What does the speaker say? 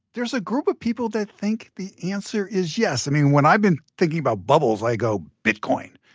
there's a group of people that think the answer is yes. i mean, when i've been thinking about bubbles i go, bitcoin.